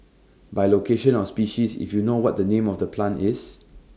by location or species if you know what the name of the plant is